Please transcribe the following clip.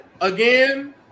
Again